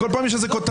כל פעם יש כותרות.